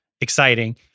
exciting